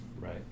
Right